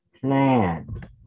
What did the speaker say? plan